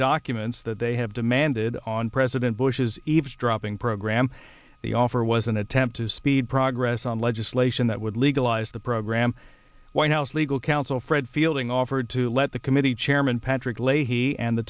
documents that they have demanded on president bush's eavesdropping program the offer was an attempt to speed progress on legislation that would legalize the program white house legal counsel fred fielding offered to let the committee chairman patrick leahy and the